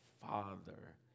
father